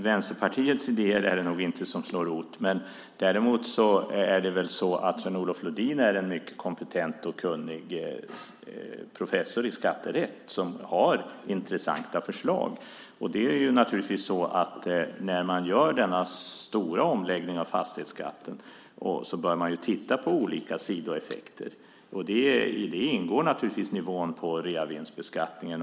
Fru talman! Nej, det är nog inte Vänsterpartiets idéer som slår rot. Men Sven Olof Lodin är en mycket kompetent och kunnig professor i skatterätt som har intressanta förslag. När man gör denna stora omläggning av fastighetsskatten bör man titta på olika sidoeffekter. I det ingår naturligtvis nivån på reavinstbeskattningen.